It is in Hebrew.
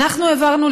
אנחנו העברנו,